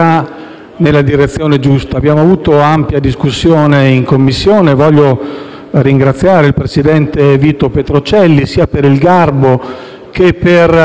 nella direzione giusta. Si è tenuta una ampia discussione in Commissione e voglio ringraziare il presidente Vito Petrocelli, sia per il garbo che per